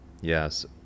Yes